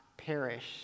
Perish